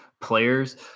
players